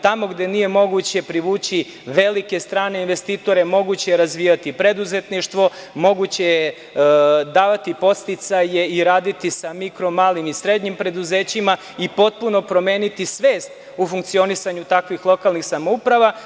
Tamo gde nije moguće privući velike strane investitore, moguće je razvijati preduzetništvo, moguće je davati podsticaje i raditi sa mikro, malim i srednjim preduzećima i potpuno promeniti svest u funkcionisanju takvih lokalnih samouprava.